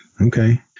Okay